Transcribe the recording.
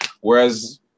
Whereas